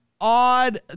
odd